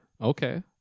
okay